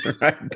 Right